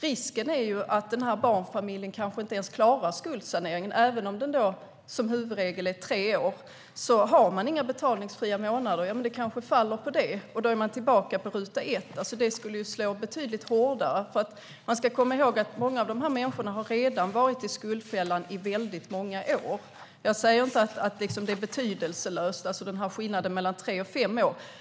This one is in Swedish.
Risken är ju att barnfamiljen kanske inte klarar skuldsaneringen, även om betalningstiden som huvudregel är tre år. Har man inga betalningsfria månader kanske det faller på det, och då är man tillbaka på ruta ett. Det skulle slå betydligt hårdare. Man ska komma ihåg att många av dessa människor redan har varit i skuldfällan i många år. Jag säger inte att skillnaden mellan tre och fem år är betydelselös.